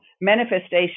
manifestation